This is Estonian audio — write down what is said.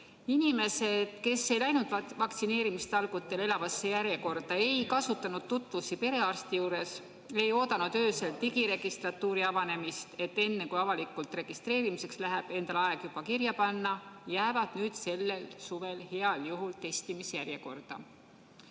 Inimesed, kes ei läinud vaktsineerimistalgutele elavasse järjekorda, ei kasutanud tutvusi perearsti juures, ei oodanud öösel digiregistratuuri avanemist, et enne, kui avalikult registreerimiseks läheb, endale aeg juba kirja panna, jäävad nüüd sellel suvel heal juhul testimisjärjekorda.